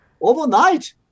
overnight